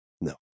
No